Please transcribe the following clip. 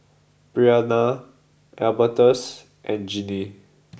Breana Albertus and Ginny